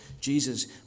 Jesus